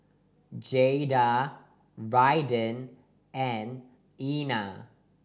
Jaeda Raiden and Ena